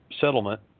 settlement